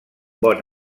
bon